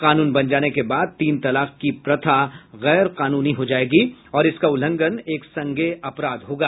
कानून बन जाने के बाद तीन तलाक की प्रथा गैर कानूनी हो जायेगी और इसका उल्लंघन एक संज्ञेय अपराध होगा